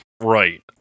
Right